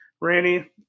Randy